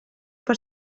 per